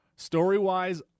Story-wise